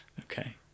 okay